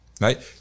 right